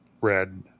red